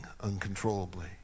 uncontrollably